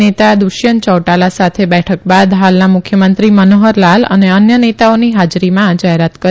નેતા દુષ્યંત યૌટાલા સાથે બેઠક બાદ હાલના મુખ્યમંત્રી મનોહરલાલ અને અન્ય નેતાઓની હાજરીમાં આ જાહેરાત કરી